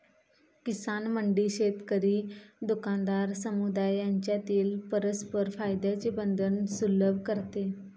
किसान मंडी शेतकरी, दुकानदार, समुदाय यांच्यातील परस्पर फायद्याचे बंधन सुलभ करते